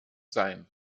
sein